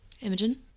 Imogen